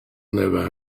never